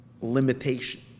limitation